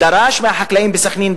דרש מהחקלאים בסח'נין,